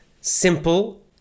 simple